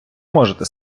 можете